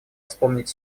вспомнить